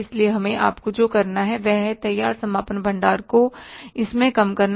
इसलिए हमें आपको जो करना है वह है तैयार समापन भंडार को इसमें कम करना